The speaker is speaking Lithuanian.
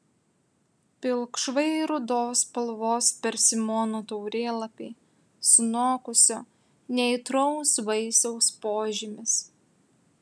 pilkšvai rudos spalvos persimono taurėlapiai sunokusio neaitraus vaisiaus požymis